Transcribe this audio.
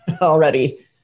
already